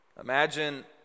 imagine